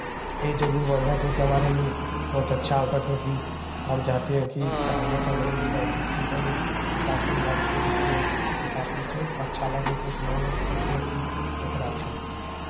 ये जरूर बन जाए क्योंकि हमारे लिए बहुत अच्छा होगा क्योंकि हम चाहते हैं कि वहाँ हम चन्दौली जिला एक विकसित और विकासशील राज्य के रूप में स्थापित हो अच्छा लगे क्योंकि हमलोग चाहते हैं कि देखना अच्छा लगता है